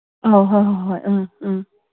ꯑꯧ ꯍꯣꯏ ꯍꯣꯏ ꯍꯣꯏ ꯎꯝ ꯎꯝ